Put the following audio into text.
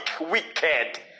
wicked